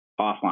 offline